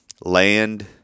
Land